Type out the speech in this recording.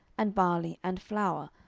and barley, and flour,